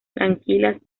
tranquilas